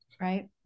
Right